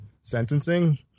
sentencing